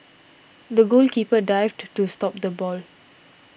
the goalkeeper dived to to stop the ball